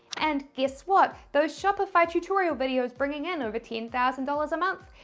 and guess what, those shopify tutorial videos bringing in over ten thousand dollars a month,